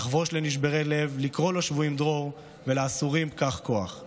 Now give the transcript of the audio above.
לחבֹש לנשברי לב לקרֹא לשבוּיִם דרור ולאסורים פְּקַח קוֹחַ".